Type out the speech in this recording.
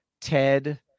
ted